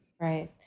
Right